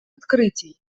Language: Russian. открытий